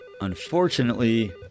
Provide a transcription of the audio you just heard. Unfortunately